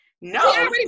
no